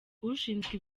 ushinzwe